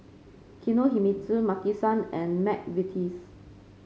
Kinohimitsu Maki San and McVitie's